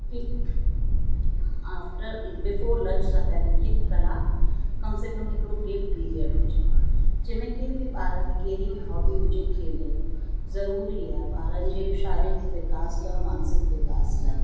कि after before lunch सां पहिरीं हिकु कलाकु कम से कम हिकिड़ो गेम पीरियड हुजे जंहिंमें के बि ॿार के कहिड़ी बि हॉबी हुजे खेल ज़रूरी आहे ॿार जे शारीरिक विकास लाइ और मानसिक विकास लाइ